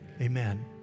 amen